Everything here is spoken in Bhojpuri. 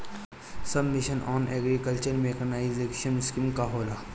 सब mission on agriculture mechanisation scheme का होला?